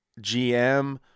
GM